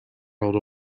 rolled